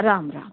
Ram Ram